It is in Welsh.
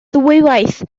ddwywaith